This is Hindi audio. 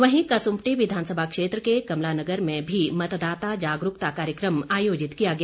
वहीं कसुम्पटी विधानसभा क्षेत्र के कमलानगर में भी मतदाता जागरूकता कार्यक्रम आयोजित किया गया